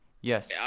Yes